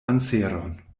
anseron